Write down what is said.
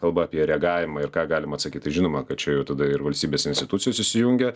kalba apie reagavimą ir ką galima atsakyt tai žinoma kad čia jau tada ir valstybės institucijos susijungia